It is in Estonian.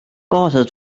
kaasa